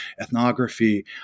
ethnography